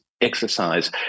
exercise